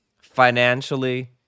financially